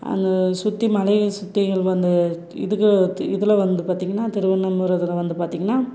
அந்த சுற்றி மலையை சுற்றிகள் வந்து இதுக்கு இதில் வந்து பார்த்திங்கன்னா திருவண்ணாமல இதுல்லாம் வந்து பார்த்திங்கன்னா